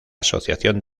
asociación